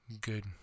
good